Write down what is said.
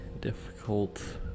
difficult